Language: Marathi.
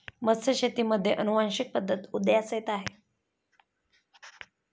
मत्स्यशेतीमध्ये अनुवांशिक पद्धत उदयास येत आहे